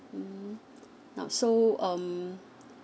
mm now so um